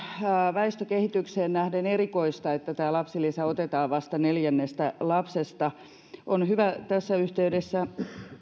väestökehitykseen nähden erikoista että tämä lapsilisä otetaan vasta neljännestä lapsesta on hyvä tässä yhteydessä